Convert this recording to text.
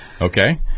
Okay